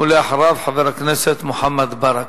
ואחריו, חבר הכנסת מוחמד ברכה.